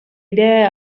idee